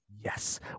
Yes